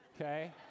Okay